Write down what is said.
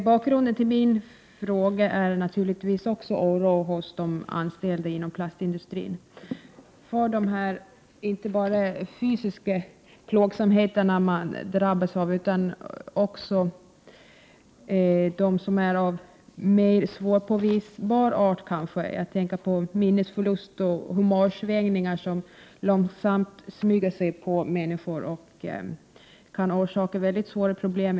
Bakgrunden till min fråga är naturligtvis de anställdas inom plastindustrin oro för att bli drabbade inte bara av fysiska plågor, utan även av skador som kanske är svårare att påvisa, såsom minnesförlust och humörsvängningar, vilka långsamt smyger sig på människor och kan orsaka mycket svåra problem.